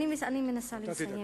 אני מנסה לסיים.